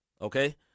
Okay